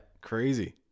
Crazy